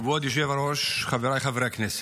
כבוד היושב-ראש, חבריי חברי הכנסת,